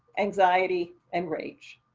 anxiety and rage.